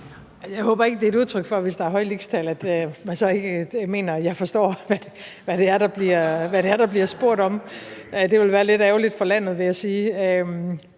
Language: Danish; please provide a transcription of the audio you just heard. Jeg håber ikke, det er et udtryk for, at hvis der er høje lixtal, mener man ikke, at jeg forstår, hvad det er, der bliver spurgt om. Det ville være lidt ærgerligt for landet, vil jeg sige.